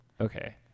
Okay